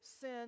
sin